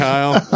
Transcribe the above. Kyle